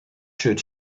should